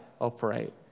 operate